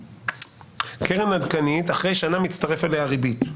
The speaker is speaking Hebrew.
קרן עדכנית, אחרי שנה מצטרפת אליה הריבית.